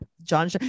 John